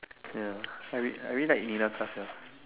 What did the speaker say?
ya I real really like Minasa self